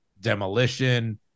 Demolition